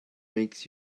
makes